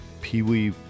peewee